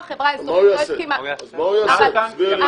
מה הוא יעשה, תסבירי לי מה הוא יעשה.